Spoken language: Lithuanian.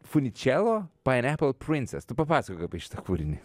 funicello pineapple princess tu papasakok apie šitą kūrinį